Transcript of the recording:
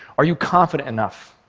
are you confident enough